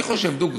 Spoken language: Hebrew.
אני חושב, דוגרי.